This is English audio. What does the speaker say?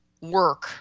work